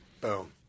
Boom